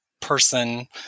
person